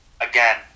Again